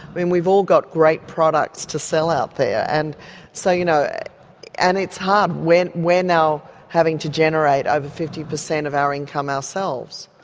and we've all got great products to sell out there, and so you know and it's hard we're now having to generate over fifty per cent of our income ourselves,